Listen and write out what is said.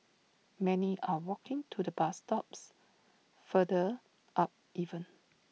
many are walking to the bus stops further up even